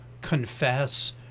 confess